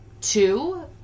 Two